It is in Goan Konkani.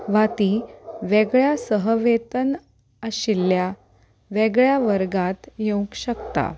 वातीं वेगळ्या सहवेतन आशिल्ल्या वेगळ्या वर्गांत येवंक शकता